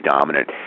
dominant